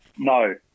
No